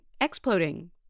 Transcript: exploding